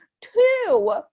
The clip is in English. Two